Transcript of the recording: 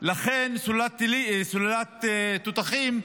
סוללת תותחים,